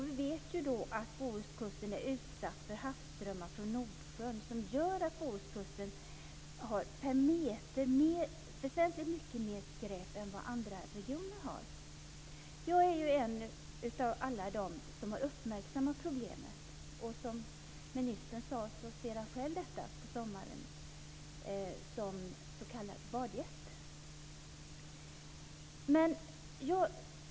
Vi vet att Bohuskusten är utsatt för havsströmmar från Nordsjön som gör att Bohuskusten per meter har väsentligt mycket mer skräp än vad andra regioner har. Jag är en av alla dem som har uppmärksammat problemet. Som ministern sade ser han själv detta på sommaren som s.k. badgäst.